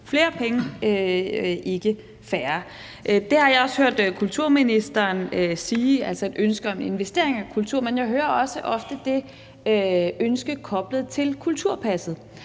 flere penge, ikke færre. Det har jeg også hørt kulturministeren sige, altså at der er et ønske om investeringer i kultur, men jeg hører også ofte det ønske koblet til kulturpasset.